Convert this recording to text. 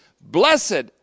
Blessed